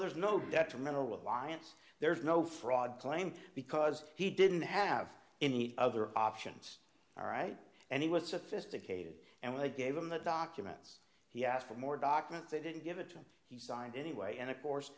there's no detrimental alliance there's no fraud claim because he didn't have any other options all right and he was sophisticated and they gave him the documents he asked for more documents they didn't give it to him he signed anyway and of course